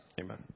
Amen